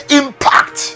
impact